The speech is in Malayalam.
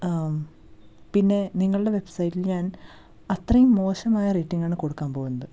പിന്നെ നിങ്ങളുടെ വെബ്സൈറ്റിൽ ഞാൻ അത്രയും മോശമായ റേറ്റിംഗ് ആണ് ഞാൻ കൊടുക്കാൻ പോകുന്നത്